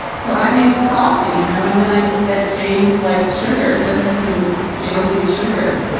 so i made the coffee, you know, and then i met james like sugars. i said, can james need sugar?